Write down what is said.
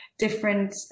different